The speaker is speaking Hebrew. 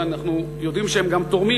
שאנחנו יודעים שהם גם תורמים,